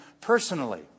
personally